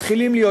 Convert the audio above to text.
מתחילים להיות